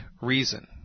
reason